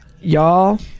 Y'all